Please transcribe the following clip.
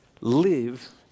live